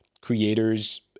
Creators